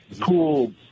cool